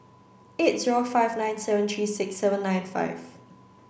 eight zero five nine seven three six seven nine five